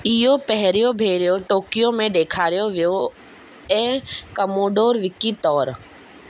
इहो पहिरियों भेरो टोक्यो में डे॒खारियो वियो ऐं कमोडोर विकी तौरु